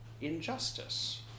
injustice